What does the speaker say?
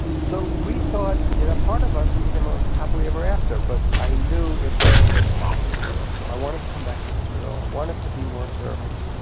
so we thought, in a part of us, we were going to live happily ever after. but i knew it wasn't going to be happily ever after. i wanted to come back to israel. i wanted to be more observant